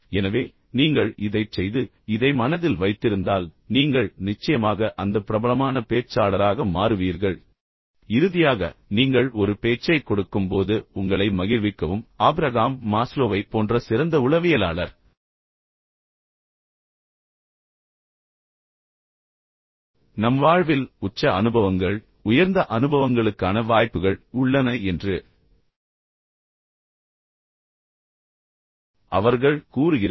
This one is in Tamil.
எனவே நீங்கள் இதைச் செய்து இதை மனதில் வைத்திருந்தால் நீங்கள் நிச்சயமாக அந்த பிரபலமான பேச்சாளராக மாறுவீர்கள் இறுதியாக நீங்கள் ஒரு பேச்சைக் கொடுக்கும்போது உங்களை மகிழ்விக்கவும் ஆபிரகாம் மாஸ்லோவைப் போன்ற சிறந்த உளவியலாளர் நம் வாழ்வில் உச்ச அனுபவங்கள் உயர்ந்த அனுபவங்களுக்கான வாய்ப்புகள் உள்ளன என்று அவர்கள் கூறுகிறார்கள்